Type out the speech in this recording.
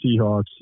Seahawks